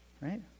Right